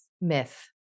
myth